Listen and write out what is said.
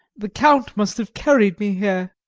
the count must have carried me here.